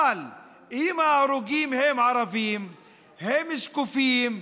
אבל אם ההרוגים הם ערבים הם שקופים,